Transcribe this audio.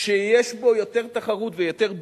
שיש בו יותר תחרות ויותר ביזור,